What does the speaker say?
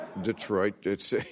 Detroit